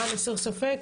למען הסר ספק,